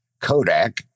Kodak